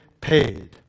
paid